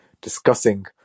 discussing